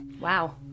Wow